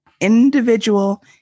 individual